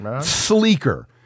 sleeker